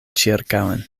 ĉirkaŭen